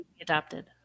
adopted